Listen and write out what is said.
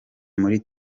muri